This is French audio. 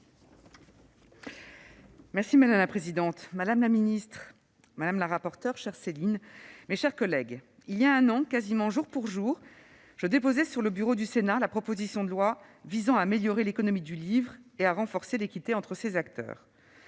Madame la présidente, madame la ministre, mes chers collègues, il y a un an, quasiment jour pour jour, je déposais sur le bureau du Sénat la proposition de loi visant à améliorer l'économie du livre et à renforcer l'équité entre ses acteurs.